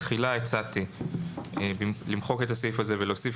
בתחילה הצעתי למחוק את הסעיף הזה ולהוסיף